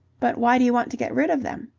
but why do you want to get rid of them?